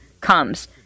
comes